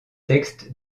textes